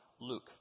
Luke